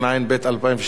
קריאה שנייה ושלישית.